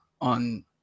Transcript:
on